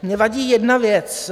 Mně vadí jedna věc.